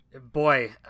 Boy